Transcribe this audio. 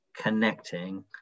connecting